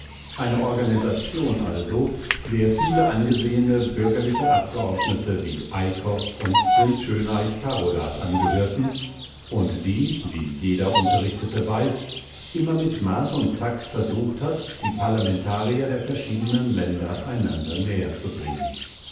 einer organisation also der viele angesehene bürgerliche abgeordnete wie eickhoff und prinz schönaich-carolath angehörten und die wie jeder unterrichtete weiß immer mit maß und takt versucht hat die parlamentarier der verschiedenen länder einander